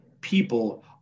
people